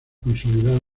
consolidado